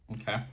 Okay